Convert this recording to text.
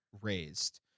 raised